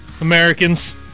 Americans